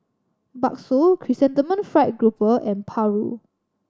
bakso Chrysanthemum Fried Grouper and paru